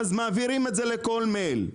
ואז מעבירים את זה לכל מייל.